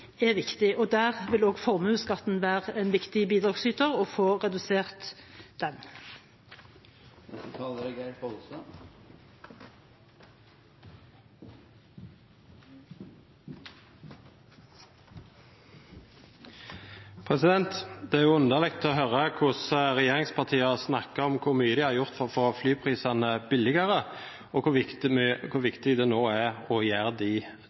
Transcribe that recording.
er viktig. Der vil også det å få redusert formuesskatten være et viktig bidrag. Det er underlig å høre hvordan regjeringspartiene snakker om hvor mye de har gjort for å få flyprisene billigere, og hvor viktig det nå er å gjøre